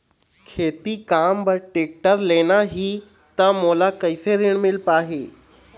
खेती काम बर टेक्टर लेना ही त मोला कैसे ऋण मिल पाही?